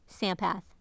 Sampath